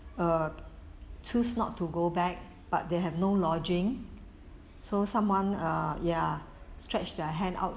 uh choose not to go back but they have no lodging so someone err ya stretch their hand out